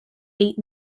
eight